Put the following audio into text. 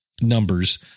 numbers